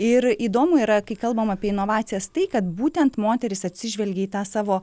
ir įdomu yra kai kalbam apie inovacijas tai kad būtent moterys atsižvelgia į tą savo